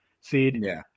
seed